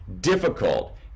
difficult